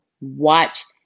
watch